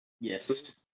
yes